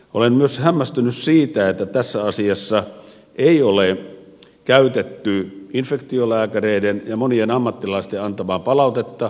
olen myös hämmästynyt siitä että tässä asiassa ei ole käytetty infektiolääkäreiden ja monien ammattilaisten antamaa palautetta sosiaali ja terveysvaliokunnassakaan